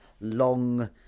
long